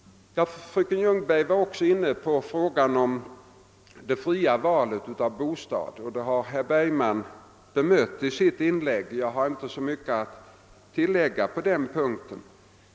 Fröken Ljungberg var inne på frågan om det fria valet av bostad. Detta har herr Bergman redan bemött i sitt inlägg, och jag har inte mycket att tillägga på den punkten.